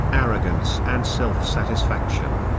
arrogance and self-satisfaction.